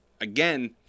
again